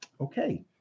okay